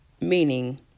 meaning